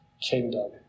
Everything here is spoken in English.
kingdom